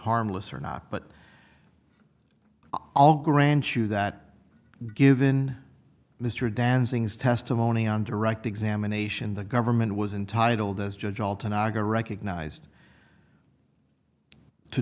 harmless or not but i'll grant you that given mr dancing's testimony on direct examination the government was entitled as a judge all to naga recognized to